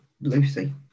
Lucy